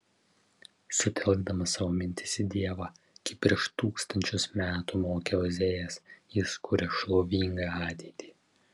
sutelkdamas savo mintis į dievą kaip prieš tūkstančius metų mokė ozėjas jis kuria šlovingą ateitį